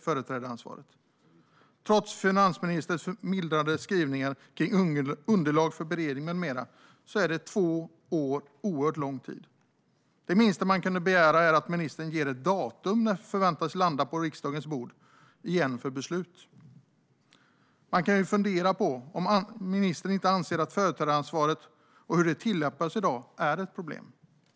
Trots finansministerns förmildrande skrivningar rörande bland annat underlag för beredning är två år en oerhört lång tid. Det minsta man kunde begära är att ministern ger ett datum för när detta förväntas landa på riksdagens bord för beslut. Man kan fundera på om ministern anser att företrädaransvaret och hur det tillämpas i dag är ett problem.